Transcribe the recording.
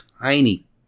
tiny